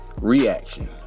reaction